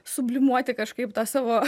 sublimuoti kažkaip tą savo